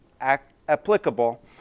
applicable